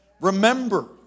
Remember